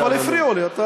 אבל הפריעו לי.